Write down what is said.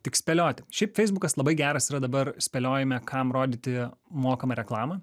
tik spėlioti šiaip feisbukas labai geras yra dabar spėliojime kam rodyti mokamą reklamą